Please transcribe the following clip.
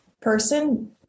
person